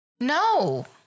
No